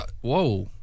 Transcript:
Whoa